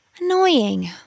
Annoying